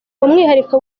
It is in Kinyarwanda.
umwihariko